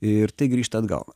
ir tai grįžta atgal